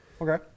Okay